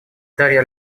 дарья